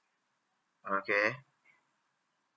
okay